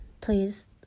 please